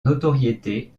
notoriété